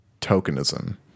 tokenism